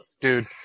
dude